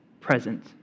present